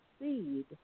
seed